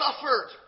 Suffered